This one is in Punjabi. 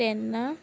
ਤਿੰਨ